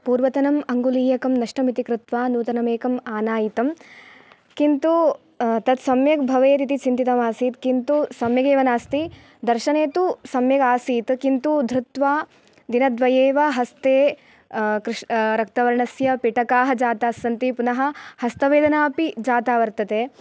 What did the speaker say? पूर्वतनम् अङ्गुलीयकं नष्टमिति कृत्वा नूतनमेकम् आनायितम् किन्तु तत् सम्यक् भवेदिति चिन्तितमासीत् किन्तु सम्यगेव नास्ति दर्शने तु सम्यगासीत् किन्तु धृत्वा दिनद्वये एव हस्ते कृश् रक्तवर्णस्य पिटकाः जाताः सन्ति पुनः हस्तवेदना अपि जाता वर्तते